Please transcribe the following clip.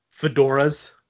fedoras